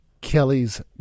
Kelly's